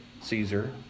Caesar